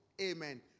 Amen